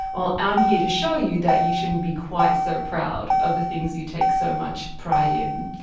well i'm here to show you that you shouldn't be quite so proud of the things you take so much pride in.